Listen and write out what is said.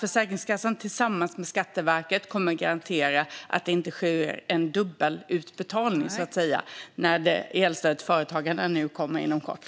Försäkringskassan kommer nu tillsammans med Skatteverket att garantera att det inte sker en dubbelutbetalning när elstödet till företagen kommer, vilket ska ske inom kort.